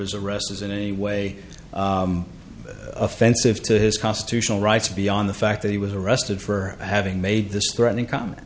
his arrest is in any way offensive to his constitutional rights beyond the fact that he was arrested for having made this threatening comment